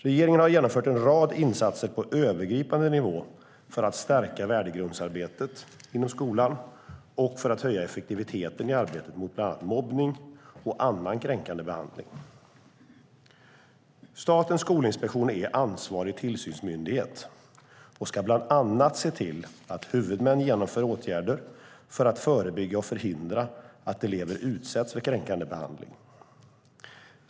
Regeringen har genomfört en rad insatser på övergripande nivå för att stärka värdegrundsarbetet inom skolan och för att höja effektiviteten i arbetet mot bland annat mobbning och annan kränkande behandling i skolan. Statens skolinspektion är ansvarig tillsynsmyndighet och ska bland annat se till att huvudmän genomför åtgärder för att förebygga och förhindra att elever utsätts för kränkande behandling.